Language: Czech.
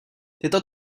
tyto